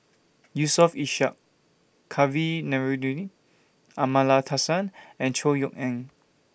Yusof Ishak Kavignareru Amallathasan and Chor Yeok Eng